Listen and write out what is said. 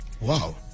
Wow